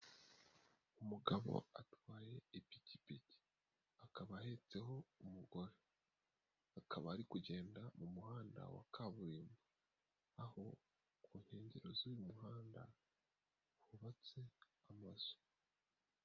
Umugabo atwaye ipikipiki, akaba ahetseho umugore, akaba ari kugenda mu muhanda wa kaburimbo, aho ku nkengero z'uyu muhanda hubatse amazu.